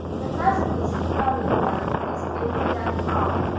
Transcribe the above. the best place for burying them is in the left arm,